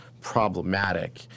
problematic